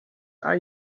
are